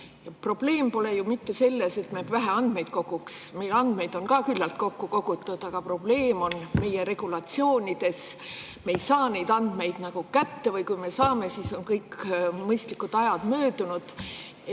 Probleem pole ju mitte selles, et me vähe andmeid koguks. Meil on andmeid küllalt kokku kogutud, aga probleem on meie regulatsioonides. Me ei saa neid andmeid kätte või kui me saame, siis on mõistlik aeg möödunud.